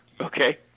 Okay